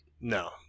No